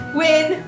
win